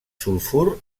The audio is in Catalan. sulfur